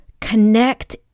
Connect